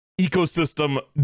ecosystem